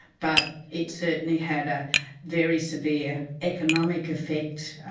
but it certainly had a very severe economic effect.